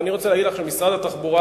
ואני רוצה להגיד לך שמשרד התחבורה,